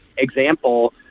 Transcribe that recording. Example